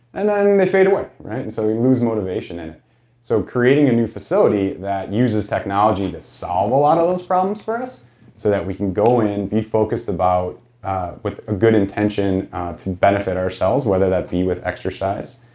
and then they fade away, right and so you lose motivation in it so creating a new facility that uses technology to solve a lot of those problems for us so that we can go in and be focused about with a good intention to benefit ourselves whether that be with exercise,